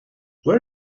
where